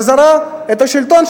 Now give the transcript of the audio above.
חזרה את השלטון,